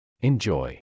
Enjoy